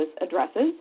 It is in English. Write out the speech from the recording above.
addresses